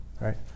right